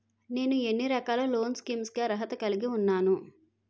నేను ఎన్ని రకాల లోన్ స్కీమ్స్ కి అర్హత కలిగి ఉన్నాను?